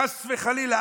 חס וחלילה,